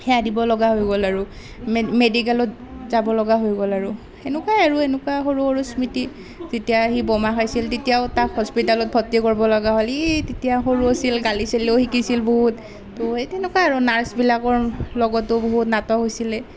সেয়া দিবলগা হৈ গ'ল আৰু মেডিকেলত যাবলগীয়া হৈ গ'ল আৰু এনেকুৱাই আৰু এনেকুৱা সৰু সৰু স্মৃতি যেতিয়া সি বোমা খাইছিল তেতিয়াও তাক হস্পিটেলত ভৰ্তি কৰাবলগীয়া হ'ল সি তেতিয়া সৰু আছিল গালি চালিও শিকিছিল বহুত তো সেই তেনেকুৱাই আৰু নাৰ্চবিলাকৰ লগতো বহুত নাটক হৈছিলে